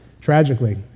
tragically